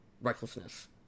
recklessness